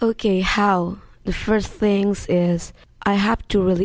ok how the first things is i have to really